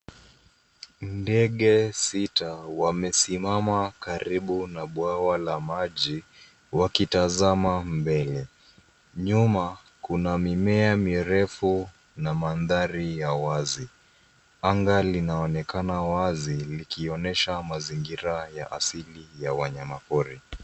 Ndege sita wamesimama karibu na bwawa la maji, wakitazama mbele. Nyuma, kuna mimea mirefu na mandhari ya wazi. Anga linaonekana wazi likionyesha mazingira ya asili ya wanyamapori.